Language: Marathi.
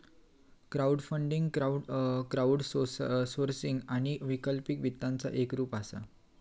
क्राऊडफंडींग क्राऊडसोर्सिंग आणि वैकल्पिक वित्ताचा एक रूप असा